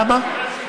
למה?